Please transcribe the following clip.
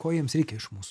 ko jiems reikia iš mūsų